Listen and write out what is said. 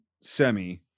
semi